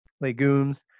legumes